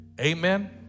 Amen